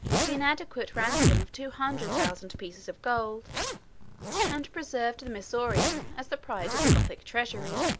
the inadequate ransom of two hundred thousand pieces of gold and preserved the missorium, as the pride of the gothic treasury.